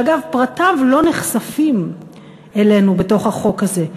אגב פרטיו לא נחשפים אלינו בתוך החוק הזה.